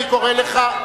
אני קורא לך.